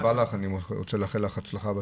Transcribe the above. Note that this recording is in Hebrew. לך הצלחה בתפקיד.